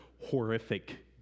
horrific